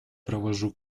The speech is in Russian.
провожу